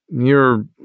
You're